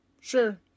sure